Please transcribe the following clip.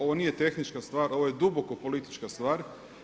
Ovo nije tehnička stvar, ovo je duboko politička stvar.